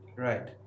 Right